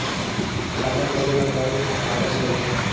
खाता खोले बर कौन का कागज लगही?